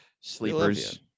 sleepers